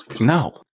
No